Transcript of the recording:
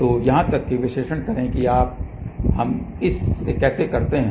तो यहां तक कि विश्लेषण करें कि अब हम इसे कैसे करते हैं